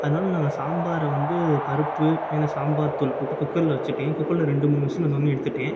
அதுனால் நாங்கள் சாம்பார் வந்து பருப்பு மேல் சாம்பார் தூள் போட்டு குக்கரில் வச்சுட்டே குக்கரில் இரண்டு மூன்று விசில் வந்தோனே எடுத்துட்டு